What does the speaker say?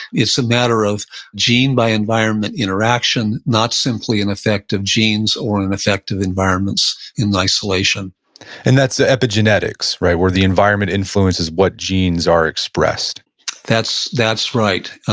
it's a matter of gene by environment interaction, not simply an effect of genes or an an effect of environments in isolation and that's the epigenetics where the environment influences what genes are expressed that's that's right.